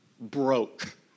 Broke